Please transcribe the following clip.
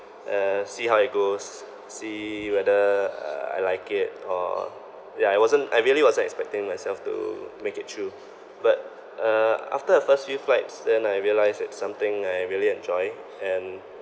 uh see how it goes see whether uh I like it or ya it wasn't I really wasn't expecting myself to make it through but uh after the first few flights then I realised that's something I really enjoy and